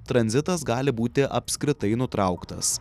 tranzitas gali būti apskritai nutrauktas